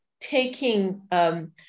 taking